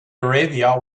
arabia